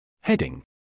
Heading